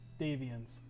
Davians